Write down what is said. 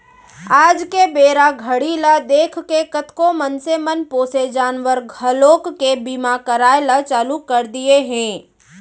आज के बेरा घड़ी ल देखके कतको मनसे मन पोसे जानवर घलोक के बीमा कराय ल चालू कर दिये हें